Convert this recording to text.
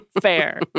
Fair